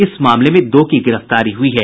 इस मामले में दो की गिरफ्तारी हुयी है